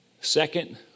Second